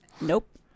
nope